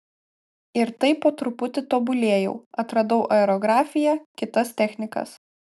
ir taip po truputį tobulėjau atradau aerografiją kitas technikas